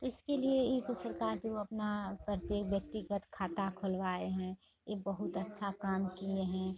इसके लिए ये तो सरकार जो अपना प्रत्येक व्यक्तिगत खाता खुलवाएँ हैं ये बहुत अच्छा काम किए हैं